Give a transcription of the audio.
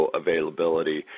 availability